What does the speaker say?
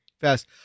fast